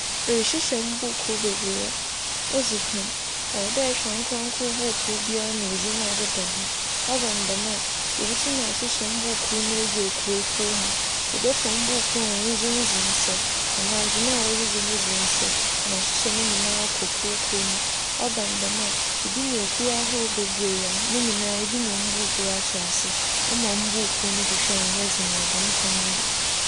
Erehyehyɛ mbuukuu bebiree a odzi kan, ͻwͻ dɛ ehwɛ ankorankor buukuu biaa na edzin a ͻdeda do. ͻba no dɛm a, ibotum ahyehyɛ mbuukuu no egu ekuwekuw mu. Ebɛfa mbuukuu a hͻn dzin dzi nsɛ anaa dwuma a wͻdze dzi no dzi nsɛ na ahyehyɛ ne nyinaa akͻ kuw kor mu. ͻba no dɛm a, ibenya kuw ahorow bebiree a ne nyinaa ibenya mbuukuu ahyɛ ase. ͻma mbuukuu no hwehwɛ nnyɛ dzen wͻ dɛm kwan yi do.